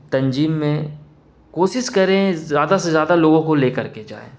تنظیم میں کوشش کریں زیادہ سے زیادہ لوگوں کو لے کر کے جائیں